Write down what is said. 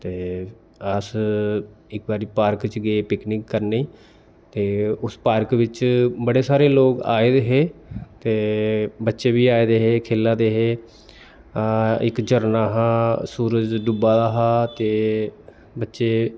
ते अस इक बारी पार्क च गे पिकनिक करने गी ते उस पार्क बिच्च बड़े सारे लोक आए दे हे ते बच्चे बी आए दे हे खेल्ला दे हे इक झरना हा सूरज डुब्बा दा हा ते बच्चे